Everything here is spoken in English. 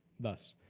thus,